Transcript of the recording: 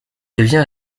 devient